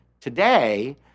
today